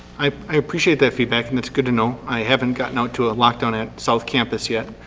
i i appreciate that feedback and that's good to know. i haven't gotten out to a lockdown at south campus yet.